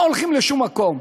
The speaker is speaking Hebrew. לא הולכים לשום מקום.